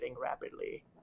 rapidly